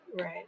Right